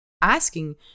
asking